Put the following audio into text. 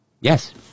Yes